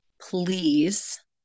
please